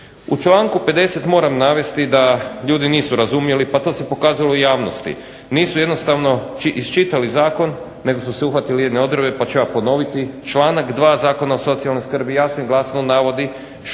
U članku 50. moram navesti da ljudi nisu razumjeli, pa to se pokazalo i u javnosti. Nisu jednostavno iščitali zakon, nego su se uhvatili jedne odredbe, pa ću ja ponoviti. Članak 2. Zakona o socijalnoj skrbi jasno i glasno navodi što je